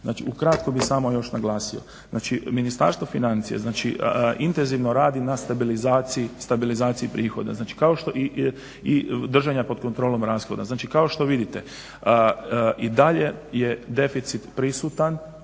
ukratko bih samo još naglasio, Ministarstvo financija intenzivno radi na stabilizaciji prihoda i držanja pod kontrolom rashoda. Znači kao što vidite, i dalje je deficit prisutan